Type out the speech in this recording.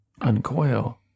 Uncoil